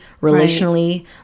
relationally